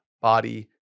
body